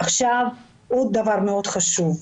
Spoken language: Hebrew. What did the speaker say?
עוד דבר מאוד חשוב,